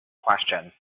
question